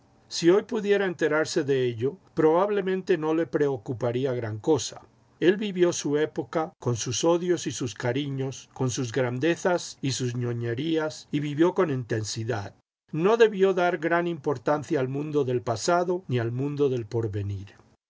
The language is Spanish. si hoy pudiera enterarse de ello probablemente no le preocuparía gran cosa el vivió su época con sus odios y sus cariños con sus grandezas y sus ñoñerías y vivió con intensidad no debió dar gran importancia al mundo del pasado ni al mundo del porvenir